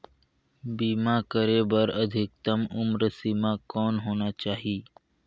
बीमा करे बर अधिकतम उम्र सीमा कौन होना चाही?